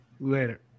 Later